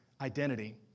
identity